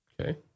Okay